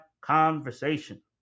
conversation